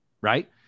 Right